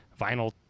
vinyl